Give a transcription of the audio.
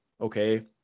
Okay